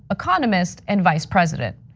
economist, and vice president.